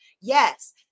Yes